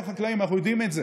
אנחנו יודעים את זה.